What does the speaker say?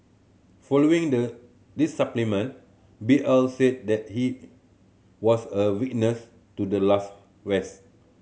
following the this B L said that he was a witness to the last west